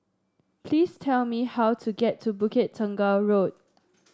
please tell me how to get to Bukit Tunggal Road